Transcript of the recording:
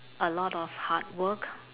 a lot of hard work